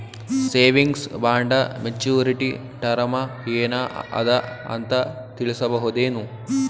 Savings bond maturity term ಏನ ಅದ ಅಂತ ತಿಳಸಬಹುದೇನು?